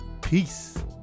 Peace